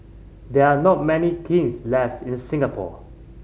there are not many kilns left in Singapore